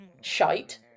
shite